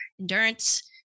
endurance